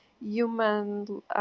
human